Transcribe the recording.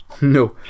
No